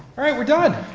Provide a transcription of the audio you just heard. all right. we're done!